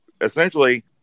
essentially